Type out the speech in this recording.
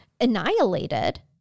annihilated